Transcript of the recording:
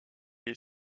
est